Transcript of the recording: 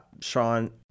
Sean